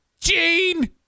Jean